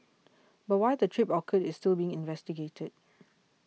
but why the trip occurred is still being investigated